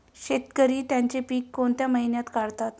शेतकरी त्यांची पीके कोणत्या महिन्यात काढतात?